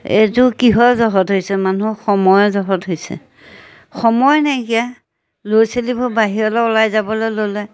এইটো কিহৰ জহত হৈছে মানুহক সময়ৰ জহত হৈছে সময় নাইকিয়া ল'ৰা ছোৱালীবোৰ বাহিৰলৈ ওলাই যাবলৈ ল'লে